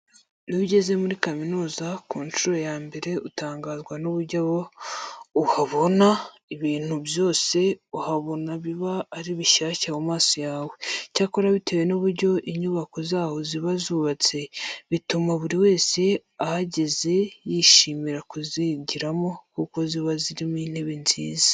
Iyo ugeze muri kaminuza ku nshuro ya mbere utangazwa n'uburyo uba uhabona. Ibintu byose uhabona biba ari bishyashya mu maso yawe. Icyakora bitewe n'uburyo inyubako zaho ziba zubatse, bituma buri wese uhageze yishimira kuzigiramo kuko ziba zirimo n'intebe nziza.